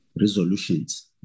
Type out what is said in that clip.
resolutions